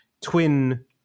twin